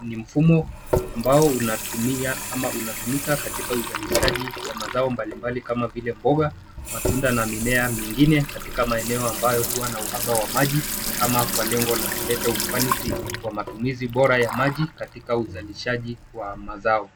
ni mfumo ambao unatumia ama unatumika katika uzalishaji wa mazao mbalimbali kama vile mboga, matunda na mimea mingine katika maeneo ambayo huwa na uhaba wa maji ama kwa lengo la kulete ufanisi wa matumizi bora ya maji katika uzalishaji wa mazao.